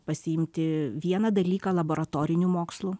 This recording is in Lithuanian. pasiimti vieną dalyką laboratorinių mokslų